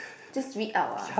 just read out ah